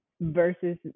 versus